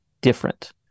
different